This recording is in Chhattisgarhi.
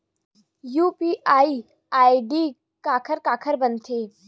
यू.पी.आई आई.डी काखर काखर बनथे?